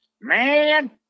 Man